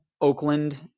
Oakland